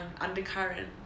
undercurrent